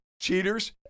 cheaters